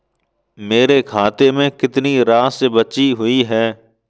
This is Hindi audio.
मेरे खाते में कितनी राशि बची हुई है?